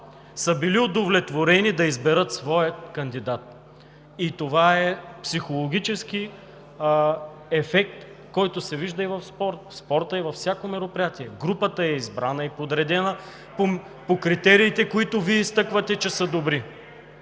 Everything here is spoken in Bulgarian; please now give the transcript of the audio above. са били удовлетворени да изберат своя кандидат. Това е психологически ефект, който се вижда и в спорта, и във всяко мероприятие. Групата е избрана и подредена по критериите, които Вие изтъквате, че са добри.